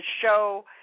show